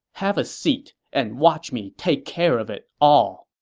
have a seat and watch me take care of it all.